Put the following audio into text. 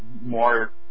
more –